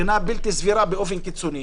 בחינה בלתי סבירה באופן קיצוני,